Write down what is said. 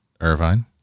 irvine